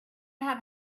have